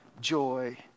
joy